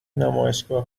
نمایشگاه